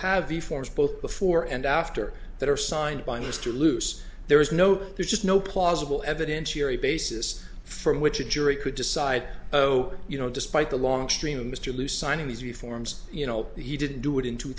have the forms both before and after that are signed by mr luce there is no there's just no plausible evidentiary basis from which a jury could decide oh you know despite the long stream of mr lew signing these reforms you know he didn't do it in two